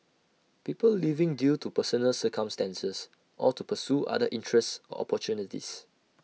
people leaving due to personal circumstances or to pursue other interests or opportunities